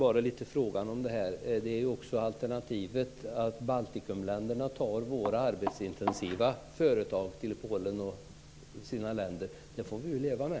Alternativet är att de baltiska länderna tar våra arbetsintensiva företag till sina länder och till Polen. Det får vi ju leva med.